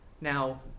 Now